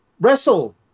wrestle